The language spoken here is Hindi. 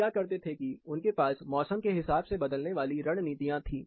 लोग क्या करते थे कि उनके पास मौसम के हिसाब से बदलने वाली रणनीतियां थी